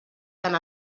tant